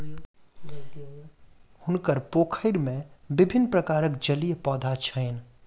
हुनकर पोखैर में विभिन्न प्रकारक जलीय पौधा छैन